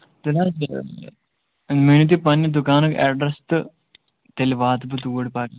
تیٚلہِ حظ اننٲوِو تُہۍ پَنٕنہِ دُکانُک ایٚڈرَس تہٕ تیٚلہِ واتہٕ بہٕ توٗرۍ پَتہٕ